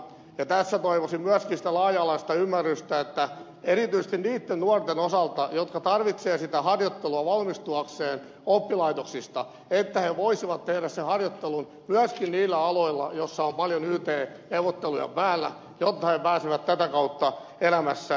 ja tässä toivoisin myöskin sitä laaja alaista ymmärrystä erityisesti niitten nuorten osalta jotka tarvitsevat sitä harjoittelua valmistuakseen oppilaitoksista että he voisivat tehdä sen harjoittelun myöskin niillä aloilla joilla on paljon yt neuvotteluja päällä jotta he pääsevät tätä kautta elämässä eteenpäin